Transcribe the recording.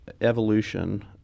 evolution